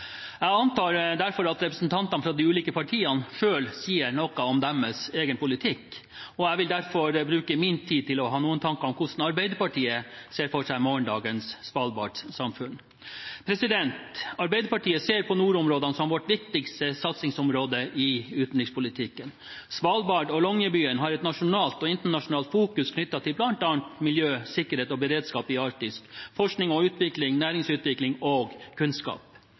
Jeg antar derfor at representantene fra de ulike partiene selv sier noe om deres egen politikk, og jeg vil derfor bruke min tid til noen tanker om hvordan Arbeiderpartiet ser for seg morgendagens svalbardsamfunn. Arbeiderpartiet ser på nordområdene som vårt viktigste satsingsområde i utenrikspolitikken. Svalbard og Longyearbyen har et nasjonalt og internasjonalt fokus knyttet til bl.a. miljø, sikkerhet og beredskap i Arktis, forskning og utvikling, næringsutvikling og kunnskap.